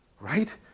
Right